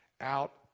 out